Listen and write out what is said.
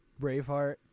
Braveheart